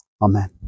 Amen